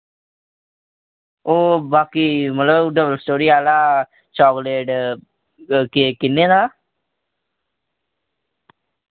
ओ बाकी मतलब double storey आह्ला चाकलेट केक किन्ने दा